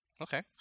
Okay